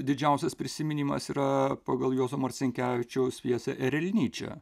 didžiausias prisiminimas yra pagal juozo marcinkevičiaus pjesę erelnyčia